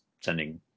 sending